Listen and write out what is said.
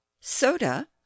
Soda